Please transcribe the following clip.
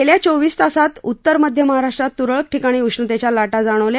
गेल्या चोवीस तासात उतर मध्य महाराष्ट्रात त्रळक ठिकाणी उष्णतेच्या लाटा जाणवल्या